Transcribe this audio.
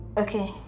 okay